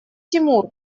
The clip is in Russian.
тимур